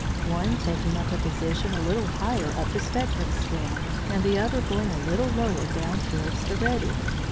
one taking up a position a little higher up the spectrum scale, and the other going a little lower down towards the red end.